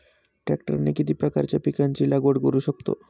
ट्रॅक्टरने किती प्रकारच्या पिकाची लागवड करु शकतो?